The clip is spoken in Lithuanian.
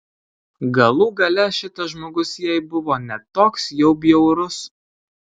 galų gale šitas žmogus jai buvo ne toks jau bjaurus